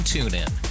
TuneIn